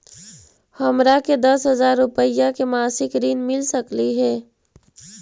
हमरा के दस हजार रुपया के मासिक ऋण मिल सकली हे?